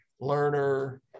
learner